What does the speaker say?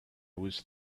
was